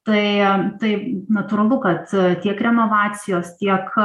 tai tai natūralu kad tiek renovacijos tiek